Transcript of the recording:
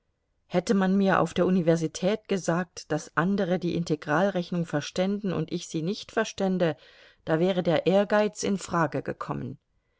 hätte man mir auf der universität gesagt daß andere die integralrechnung verständen und ich sie nicht verstände da wäre der ehrgeiz in frage gekommen